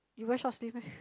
you wear short sleeve meh